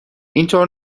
اینطور